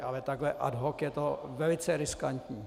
Ale takhle ad hoc je to velice riskantní.